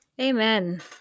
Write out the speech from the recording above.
Amen